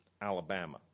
Alabama